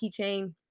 keychain